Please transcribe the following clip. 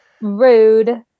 rude